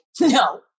no